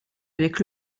avec